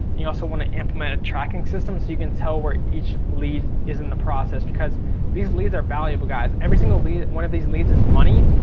you also want to implement a tracking system so you can tell where each lead is in the process, because these leads are valuable guys. every single one of these leads is money,